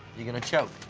you're gonna choke,